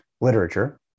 literature